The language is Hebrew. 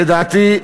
לדעתי,